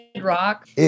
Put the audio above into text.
Rock